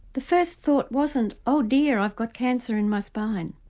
the first thought wasn't oh dear i've got cancer in my spine,